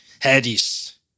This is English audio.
Hades